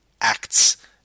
acts